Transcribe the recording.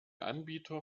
anbieter